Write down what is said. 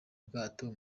bwato